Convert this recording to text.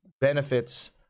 benefits